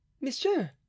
monsieur